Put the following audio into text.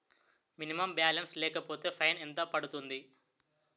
Minimum balance లేకపోతే fine ఎంత పడుతుంది?